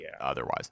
otherwise